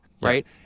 right